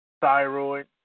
thyroid